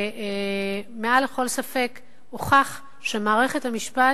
שמעל לכל ספק הוכח שמערכת המשפט